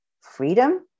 freedom